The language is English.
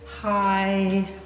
Hi